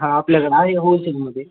हा आपल्याकडं आहे होलसेलमध्ये